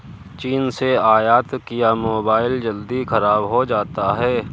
चीन से आयत किया मोबाइल जल्दी खराब हो जाता है